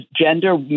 gender